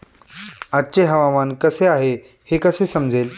आजचे हवामान कसे आहे हे कसे समजेल?